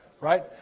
right